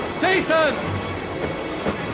Jason